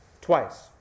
Twice